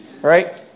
Right